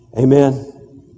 Amen